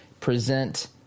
present